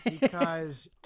because-